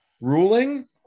ruling